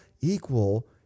equal